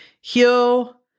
heal